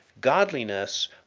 godliness